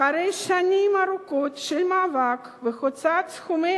אחרי שנים ארוכות של מאבק והוצאת סכומי